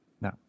no